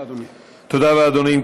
תודה, אדוני.